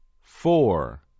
four